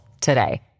today